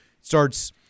starts